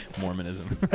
Mormonism